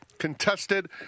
Contested